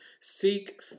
Seek